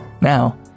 Now